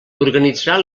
organitzarà